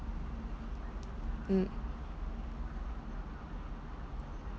mm